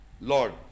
Lord